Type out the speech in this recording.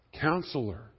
Counselor